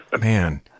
Man